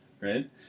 right